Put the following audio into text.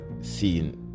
seen